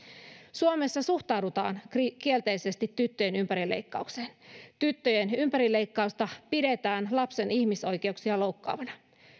suomessa suhtaudutaan kielteisesti tyttöjen ympärileikkaukseen tyttöjen ympärileikkausta pidetään lapsen ihmisoikeuksia loukkaavana